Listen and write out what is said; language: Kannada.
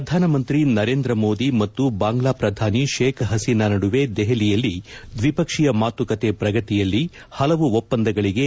ಪ್ರಧಾನಮಂತ್ರಿ ನರೇಂದ್ರಮೋದಿ ಮತ್ತು ಬಾಂಗ್ಲಾ ಪ್ರಧಾನಿ ಶೇಬ್ ಹಸೀನಾ ನಡುವೆ ದೆಹಲಿಯಲ್ಲಿ ದ್ವಿಪಕ್ಷೀಯ ಮಾತುಕತೆ ಪ್ರಗತಿಯಲ್ಲಿ ಹಲವು ಒಪ್ಪಂದಗಳಿಗೆ ಸಹಿ ನಿರೀಕ್ಷೆ